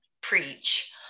preach